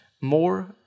more